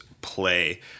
play